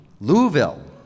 Louisville